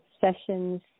sessions